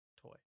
toy